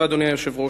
אדוני היושב-ראש,